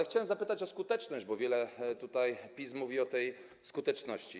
Chciałem zapytać o skuteczność, bo wiele tutaj PiS mówi o tej skuteczności.